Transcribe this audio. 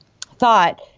thought